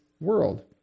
world